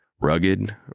Rugged